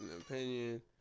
opinion